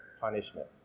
punishment